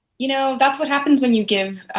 you know, that's what happens when you give